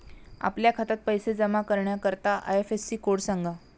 आपल्या खात्यात पैसे जमा करण्याकरता आय.एफ.एस.सी कोड सांगा